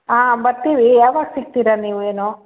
ಹಾಂ ಬರ್ತೀವಿ ಯಾವಾಗ್ ಸಿಗ್ತೀರ ನೀವು ಏನೋ